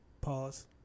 pause